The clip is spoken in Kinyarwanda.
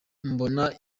mbona